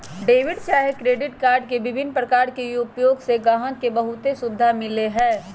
debit चाहे credit card के विभिन्न प्रकार के उपयोग से गाहक के बहुते सुभिधा मिललै ह